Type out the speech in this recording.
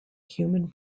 human